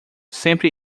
sempre